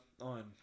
on